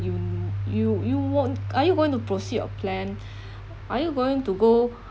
you you you won't are you going to proceed your plan are you going to go